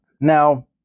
Now